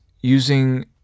using